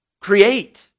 create